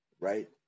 right